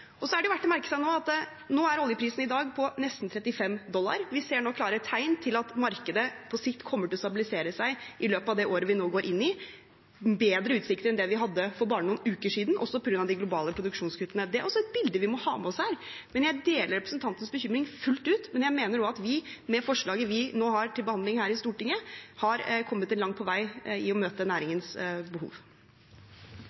Så er det verdt å merke seg at oljeprisen i dag er på nesten 35 dollar. Vi ser nå klare tegn til at markedet på sikt kommer til å stabilisere seg i løpet av det året vi nå går inn i. Det er bedre utsikter enn vi hadde for bare noen uker siden, også på grunn av de globale produksjonskuttene. Det er også et bilde vi må ha med oss. Jeg deler representantens bekymring fullt ut, men jeg mener også at vi med det forslaget vi nå har til behandling her i Stortinget, har kommet langt på vei i å møte